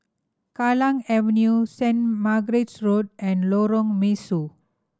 Kallang Avenue Saint Margaret's Road and Lorong Mesu